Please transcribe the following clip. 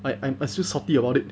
like I'm still salty about it